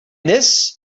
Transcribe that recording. this